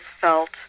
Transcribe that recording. felt